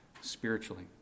spiritually